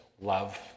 love